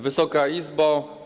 Wysoka Izbo!